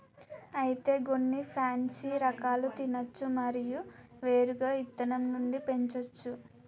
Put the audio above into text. అయితే గొన్ని పాన్సీ రకాలు తినచ్చు మరియు నేరుగా ఇత్తనం నుండి పెంచోచ్చు